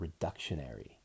reductionary